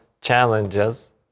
challenges